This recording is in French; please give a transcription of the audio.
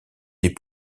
des